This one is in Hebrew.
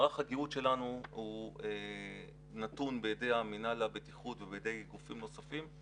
מערך הגהות שלנו הוא נתון בידי מינהל הבטיחות ובידי גופים נוספים.